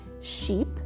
sheep